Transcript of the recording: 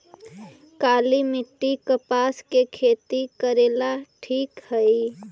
काली मिट्टी, कपास के खेती करेला ठिक हइ?